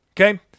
Okay